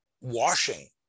washing